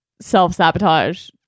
self-sabotage